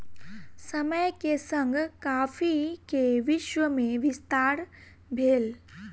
समय के संग कॉफ़ी के विश्व में विस्तार भेल